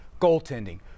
goaltending